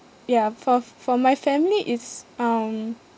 ya for f~ for my family it's um